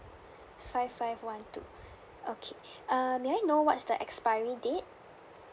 five five one two okay err may I know what's the expiry date